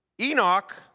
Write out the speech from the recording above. Enoch